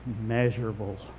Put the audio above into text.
measurable